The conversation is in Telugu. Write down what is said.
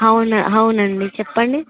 అవును అవునండి చెప్పండి